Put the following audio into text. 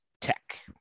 tech